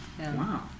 Wow